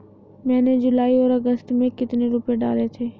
मैंने जुलाई और अगस्त में कितने रुपये डाले थे?